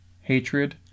hatred